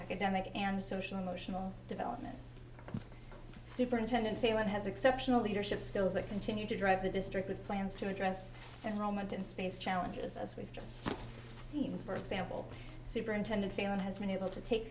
academic and social emotional development superintendent feel one has exceptional leadership skills that continue to drive the district with plans to address and moment in space challenges as we've just seen for example superintendent failon has been able to take